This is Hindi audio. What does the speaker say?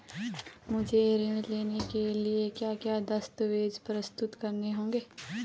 मुझे ऋण लेने के लिए क्या क्या दस्तावेज़ प्रस्तुत करने होंगे?